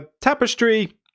Tapestry